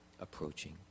approaching